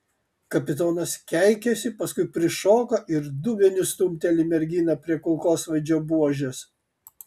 kapitonas keikiasi paskui prišoka ir dubeniu stumteli merginą prie kulkosvaidžio buožės